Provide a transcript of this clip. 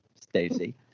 Stacy